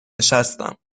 نشستم